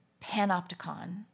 panopticon